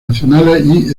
nacionales